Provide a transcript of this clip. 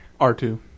r2